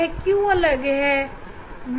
यह क्यों अलग है